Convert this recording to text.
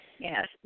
Yes